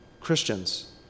Christians